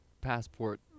passport